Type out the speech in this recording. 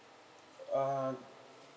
uh err